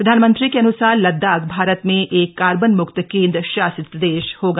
प्रधानमंत्री के अन्सार लद्दाख भारत में एक कार्बन म्क्त केंद्र शासित प्रदेश होगा